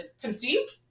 Conceived